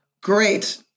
Great